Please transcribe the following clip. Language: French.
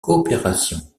coopération